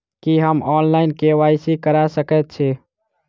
की हम online, KYC करा सकैत छी?